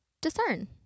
discern